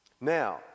Now